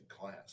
class